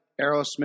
Aerosmith